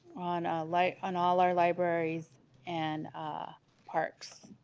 on light on all our libraries and ah parks